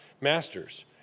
Masters